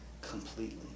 completely